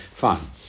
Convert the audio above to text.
fine